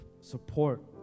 support